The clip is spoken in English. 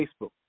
Facebook